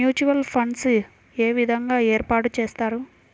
Mutual funds ఏ విధంగా ఏర్పాటు చేస్తారు?